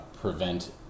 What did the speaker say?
prevent